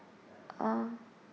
uh